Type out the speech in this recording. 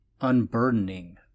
unburdening